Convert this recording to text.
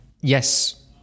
yes